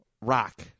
Rock